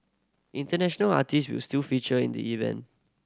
international artists will still feature in the event